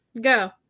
go